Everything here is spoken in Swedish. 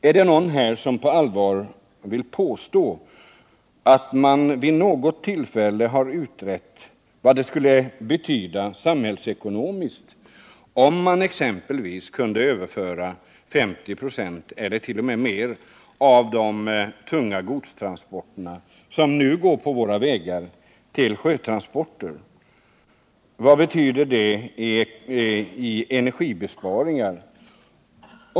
Är det någon här som på allvar vill påstå att man vid något tillfälle har utrett vad det skulle betyda samhällsekonomiskt om man exempelvis kunde överföra 50 96 ellert.o.m. mer av de tunga godstransporterna, som nu går på våra vägar, till sjötransporter? Vad betyder det i energibesparingar?